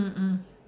mm mm